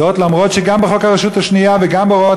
זאת אף שגם בחוק הרשות השנייה וגם בהוראות